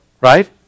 Right